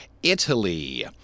Italy